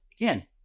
again